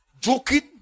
Joking